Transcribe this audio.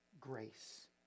grace